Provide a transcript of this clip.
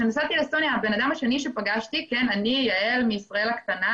אתמול גם כן היה יום ארוך ומאתגר.